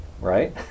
right